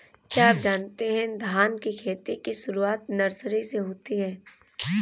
क्या आप जानते है धान की खेती की शुरुआत नर्सरी से होती है?